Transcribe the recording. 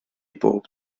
bob